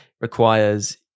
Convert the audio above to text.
requires